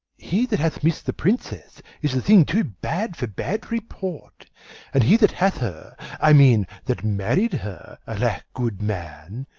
he that hath miss'd the princess is a thing too bad for bad report and he that hath her i mean that married her, alack, good man!